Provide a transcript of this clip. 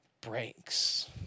breaks